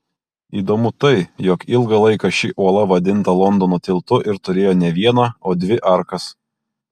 įdomu tai jog ilgą laiką ši uola vadinta londono tiltu ir turėjo ne vieną o dvi arkas